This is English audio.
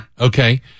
Okay